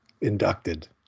inducted